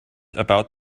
about